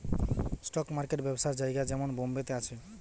stock market ব্যবসার জায়গা যেমন বোম্বে তে আছে